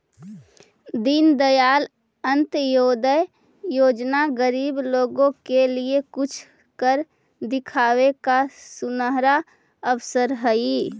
दीनदयाल अंत्योदय योजना गरीब लोगों के लिए कुछ कर दिखावे का सुनहरा अवसर हई